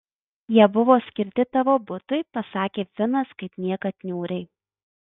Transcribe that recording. jie buvo skirti tavo butui pasakė finas kaip niekad niūriai